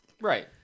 Right